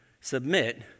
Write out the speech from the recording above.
submit